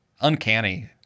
uncanny